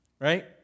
Right